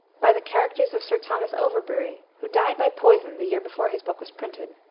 by the characters of sir thomas overbury, who died by poison the year before his book was printed.